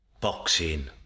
boxing